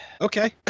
okay